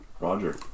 Roger